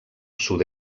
sud